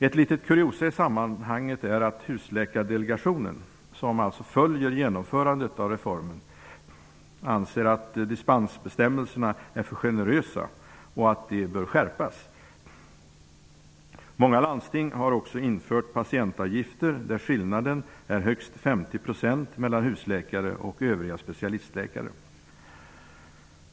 Ett litet kuriosa i sammanhanget är att Husläkardelegationen, som följer genomförandet av reformen, anser att dispensbestämmelserna är för generösa och att de bör skärpas. Många landsting har också infört patientavgifter där skillnaden är högst 50 % mellan husläkare och övriga specialistläkare.